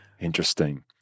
Interesting